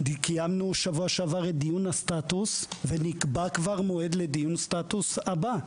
קיימנו בשבוע שעבר את דיון הסטטוס ונקבע כבר מועד לדיון סטטוס הבא.